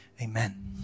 amen